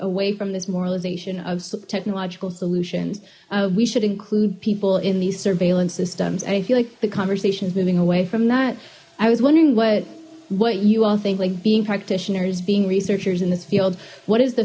away from this moralization of technological solutions we should include people in these surveillance systems i feel like the conversation is moving away from that i was wondering what what you all think like being practitioners being researchers in this field what is the